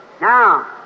Now